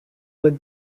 was